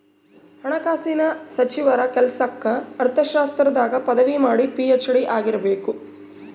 ಹಣಕಾಸಿನ ಸಚಿವರ ಕೆಲ್ಸಕ್ಕ ಅರ್ಥಶಾಸ್ತ್ರದಾಗ ಪದವಿ ಮಾಡಿ ಪಿ.ಹೆಚ್.ಡಿ ಆಗಿರಬೇಕು